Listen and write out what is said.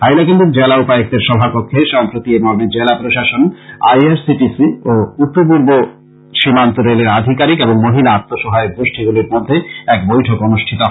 হাইলাকান্দির জেলা উপায়ুক্তের সভাকক্ষে সম্প্রতি এমর্মে জেলা প্রশাসন I R C T C ও উত্তর পূর্ব সীমান্ত রেলের আধিকারিক এবং মহিলা আত্ম সহায়ক গোষ্ঠীগুলির মধ্যে এক বৈঠক অনুষ্ঠিত হয়